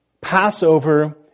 Passover